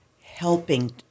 helping